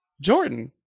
Jordan